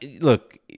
look